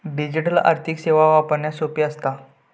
digital आर्थिक सेवा वापरण्यास सोपी असता